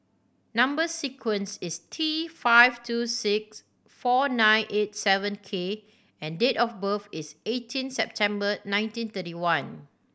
number sequence is T five two six four nine eight seven K and date of birth is eighteen September nineteen thirty one